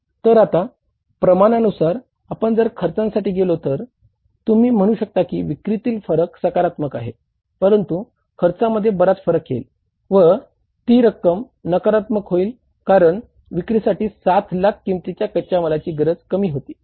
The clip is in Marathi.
तर आता प्रमाणानुसार आपण जर खर्चासाठी गेलो तर तर तुम्ही म्हणू शकता की विक्रीतील फरक सकारात्मक आहे परंतु खर्चांमध्ये बराच फरक येईल व ती रक्कम नकारात्मक होईल कारण विक्रीसाठी 7 लाख किमतीच्या कच्च्या मालाची गरज कमी होती